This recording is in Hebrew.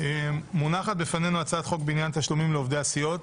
מונחת בפנינו הצעת חוק בעניין תשלומים לעובדי הסיעות.